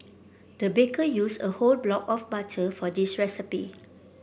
the baker used a whole block of butter for this recipe